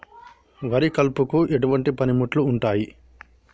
వరి కలుపుకు ఎటువంటి పనిముట్లు ఉంటాయి?